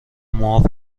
معاف